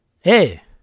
hey